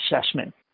assessment